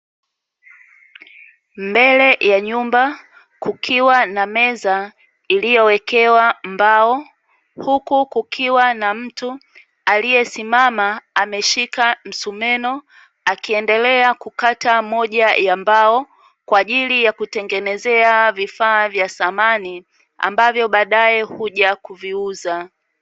Mbele ya nyumba kukiwa na meza, iliyowekewa mbao huku kukiwa na mtu aliyesimama ameshika msumeno, akiendelea kukata moja ya mbao, kwa ajili ya kutengenezea vifaa vya samani ambavyo baadae huja kuviuza.